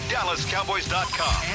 DallasCowboys.com